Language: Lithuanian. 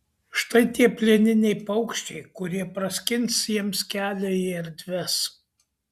štai tie plieniniai paukščiai kurie praskins jiems kelią į erdves